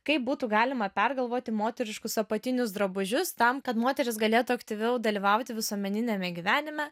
kaip būtų galima pergalvoti moteriškus apatinius drabužius tam kad moterys galėtų aktyviau dalyvauti visuomeniniame gyvenime